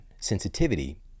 sensitivity